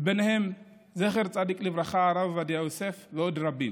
וביניהם הרב עובדיה יוסף זצ"ל ועוד רבים,